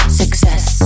success